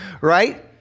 Right